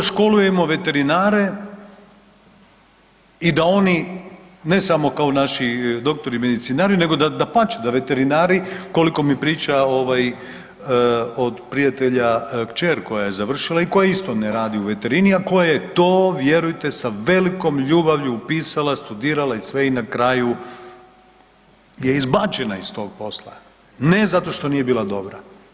To da školujemo veterinare i da oni ne samo kao naši doktori medicinari nego dapače da veterinari koliko mi priča ovaj od prijatelja kćer koja je završila i koja isto ne radi u veterini, a koja je to vjerujte sa velikom ljubavlju upisala, studirala i sve i na kraju je izbačena iz tog posla, ne zato što nije bila dobra.